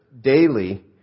daily